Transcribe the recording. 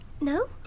No